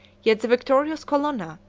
yet the victorious colonna,